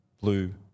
blue